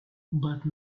but